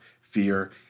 fear